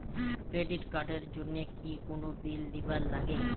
Credit card এর জন্যে কি কোনো বিল দিবার লাগে?